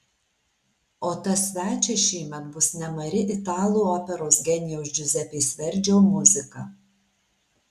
o tas svečias šįmet bus nemari italų operos genijaus džiuzepės verdžio muzika